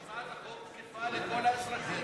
הצעת החוק תקפה לכל האזרחים.